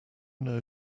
know